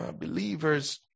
Believers